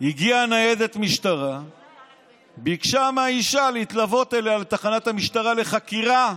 הגיעה ניידת משטרה וביקשה מהאישה להתלוות אליה לתחנת המשטרה לחקירה.